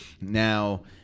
Now